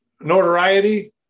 notoriety